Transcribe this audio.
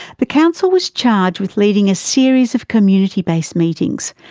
the council was charged with leading a series of community-based meetings,